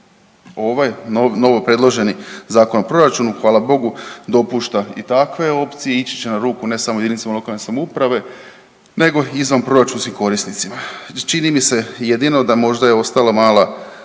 Ovaj novo predloženi Zakon o proračunu hvala Bogu dopušta i takve opcije, ići će na ruku ne samo JLS nego i izvanproračunskim korisnicima. Čini mi se jedino da možda je ostala mala, mali